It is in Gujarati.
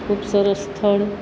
ખૂબ સરસ સ્થળ